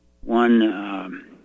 One